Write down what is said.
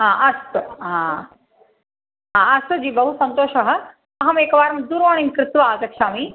हा अस्तु हा हा अस्तु जि बहु सन्तोषः अहमेकवारं दूरवाणीं कृत्वा आगच्छामि